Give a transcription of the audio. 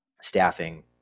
staffing